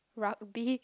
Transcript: rugby